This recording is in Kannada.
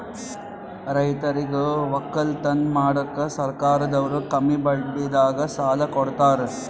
ರೈತರಿಗ್ ವಕ್ಕಲತನ್ ಮಾಡಕ್ಕ್ ಸರ್ಕಾರದವ್ರು ಕಮ್ಮಿ ಬಡ್ಡಿದಾಗ ಸಾಲಾ ಕೊಡ್ತಾರ್